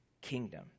kingdom